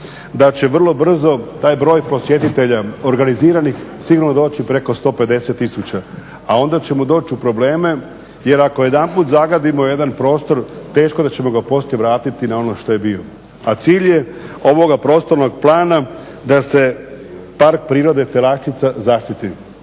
da će vrlo brzo taj broj posjetitelja organiziranih sigurno doći preko 150000, a onda ćemo doći u probleme. Jer ako jedanput zagadimo jedan prostor teško da ćemo ga poslije vratiti na ono što je bio. A cilj je ovoga prostornog plana da se Park prirode Telaščica zaštiti.